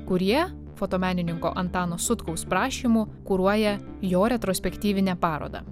kurie fotomenininko antano sutkaus prašymu kuruoja jo retrospektyvinę parodą